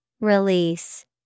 Release